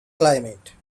climate